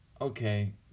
Okay